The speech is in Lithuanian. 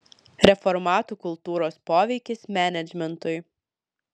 reformatų kultūros poveikis menedžmentui